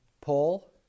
paul